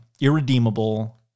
irredeemable